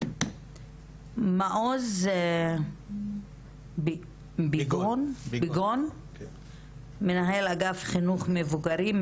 מעוז ביגון מנהל אגף חינוך מבוגרים,